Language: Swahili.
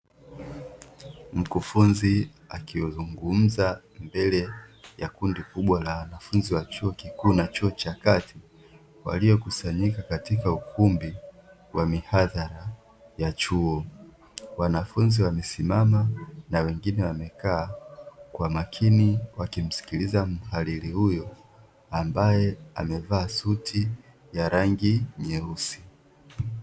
Mkufunzi akizungumza mbele ya kundi kubwa la wanafunzi wa chuo kikuu na chuo cha kati waliokusanyika katika ukumbi wa mihadhara ya chuo. Wanafunzi wamesimama na wengine wamekaa kwa makini wakimsikiliza mhadhiri huyo ambaye amevaa suti ya rangi nyeusi.